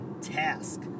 Task